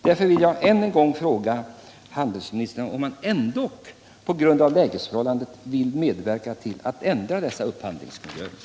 Därför vill jag än en gång fråga handelsministern om han på grund av lägesförhållandet vill medverka till att ändra dessa upphandlingskungörelser.